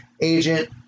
agent